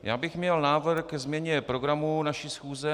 Měl bych návrh ke změně programu naší schůze.